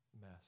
mess